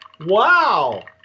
Wow